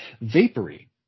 vapory